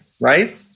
right